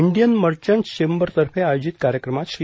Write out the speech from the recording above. Indian merchants chamber तर्फे आयोजित कार्यक्रमात श्री